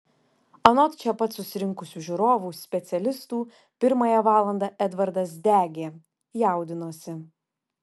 anot čia pat susirinkusių žiūrovų specialistų pirmąją valandą edvardas degė jaudinosi